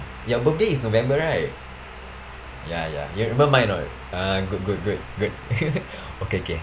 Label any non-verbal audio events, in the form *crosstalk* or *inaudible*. your birthday is november right ya ya you remember mine or not uh good good good good *laughs* okay okay